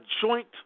joint